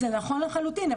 זה נכון לחלוטין,